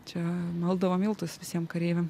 čia maldavo miltus visiem kareiviam